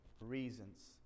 reasons